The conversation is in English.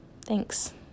Thanks